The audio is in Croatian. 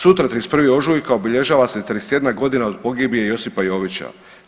Sutra 31. ožujka obilježava se 31 godina od pogibije Josipa Jovića.